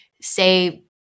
say